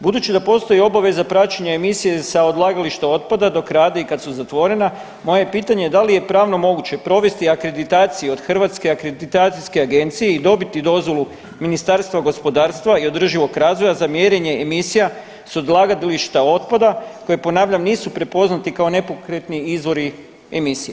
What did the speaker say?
Budući da postoji obaveza praćenja emisije sa odlagališta otpada dok rade i kad su zatvorena moje je pitanje da li je pravno moguće provesti akreditaciju od Hrvatske akreditacijske agencije i dobiti dozvolu Ministarstva gospodarstva i održivog razvoja za mjerenje emisija sa odlagališta otpada koja ponavljam nisu prepoznati kao nepokretni izvori emisija.